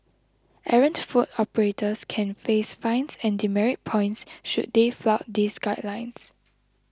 errant food operators can face fines and demerit points should they flout these guidelines